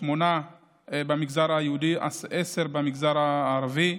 8 במגזר היהודי ו-10 במגזר הערבי,